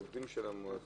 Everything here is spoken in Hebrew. האם זה עובדים של המועצה?